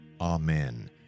Amen